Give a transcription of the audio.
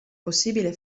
possibile